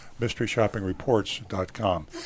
Mysteryshoppingreports.com